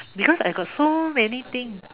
because I got so many things